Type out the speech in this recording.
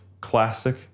classic